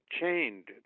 chained